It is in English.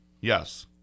Yes